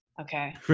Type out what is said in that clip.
Okay